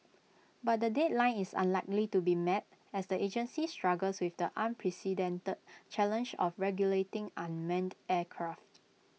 but the deadline is unlikely to be met as the agency struggles with the unprecedented challenge of regulating unmanned aircraft